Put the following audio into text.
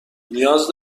نیاز